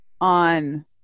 on